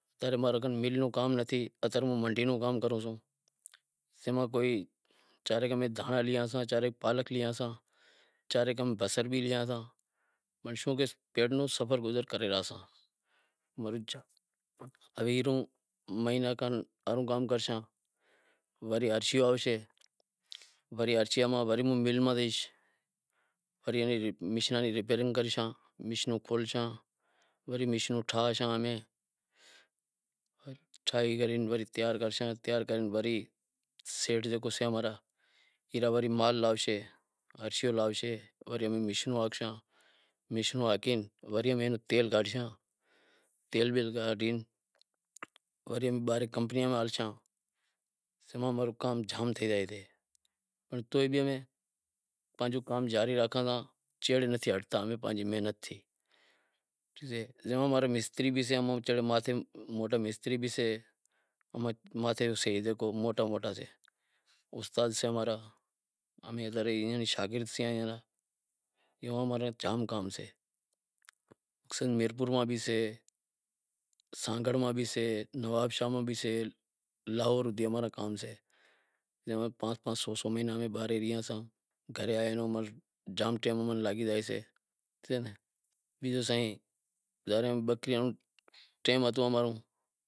میں کن مل رو کام نتھی، پسے موں منڈی رو کام کرتو، چارے پالک لیاساں، چا رے بصر بھی لیاساں، شوں کہ پیٹ رو سفر گزر کرے رہاسیئاں، ہوے مہینو کھن ای کام کرشاں وری ہرشیو آوشے، وری ہرشیے ماں وری موں مل میں زائیس وری میشناں ری رپیرنگ کرشاں، او کھولشاں، وریمیشنوں ٹھاہشاں امیں، ٹھائی کری تیار کرشاں، تیار کری وری سیٹھ پوسسیں امارا، وری مال لاوشیں، ہرشیو لاوشیں وری ام میشنوں ہاکشاں، میشنوں ہاکے وری ام تیل کاڈھشاں، تیل بیل کاڈہی وری ام باہر کمپنیاں میں ہلشاں، کام جام تھئی زائے تو ئی ام پانجو کام جاری راکھاں تا، سیڑہے نائیں ہٹتا، جاں امارے مستری بستری ماتھے ہوئیسیں موٹا ہوئسیں استاد امارا، ام شاگرد سیئاں ایئاں را او ماناں جام کم سے معرپور ماں بھی سے، نوابشاہ ماں بھی سے لاہور ماں بھی سے، جیوو پانس پانس سو سو مہینا ام باہر ئی رہیساں، جام ٹیم لگی زائیسے گھرے آئی ناں، بیزو سائیں ظاہر اے بکریاں رو ٹیم ہتو امارو۔